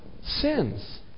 sins